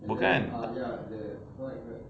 bukan